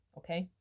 okay